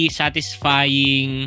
satisfying